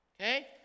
okay